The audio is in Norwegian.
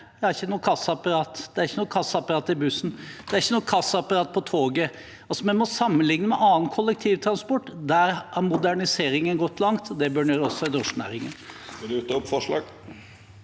Det er ikke noe kassaapparat i bussen, det er ikke noe kassaapparat på toget. Vi må sammenligne med annen kollektivtransport. Der har moderniseringen gått langt, og det bør den gjøre også i drosjenæringen.